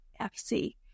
FC